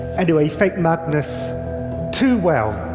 anyway, he faked madness too well,